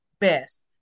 best